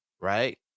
Right